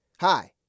Hi